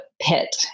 pit